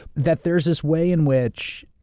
that there's this way in which.